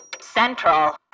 Central